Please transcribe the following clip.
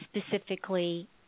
specifically